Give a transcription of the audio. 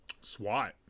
SWAT